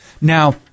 Now